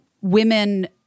Women